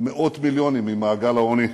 מאות מיליונים ממעגל העוני,